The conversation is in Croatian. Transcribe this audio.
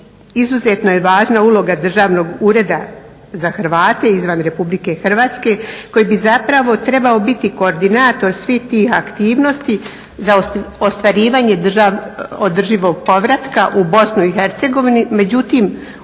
izuzetno je važna uloga Državnog ureda za Hrvate izvan RH koji bi zapravo trebao biti koordinator svih tih aktivnosti za ostvarivanje održivog povratka u BiH. međutim